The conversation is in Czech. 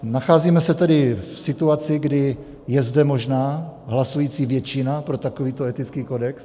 Nacházíme se tedy v situaci, kdy je zde možná hlasující většina pro takovýto etický kodex.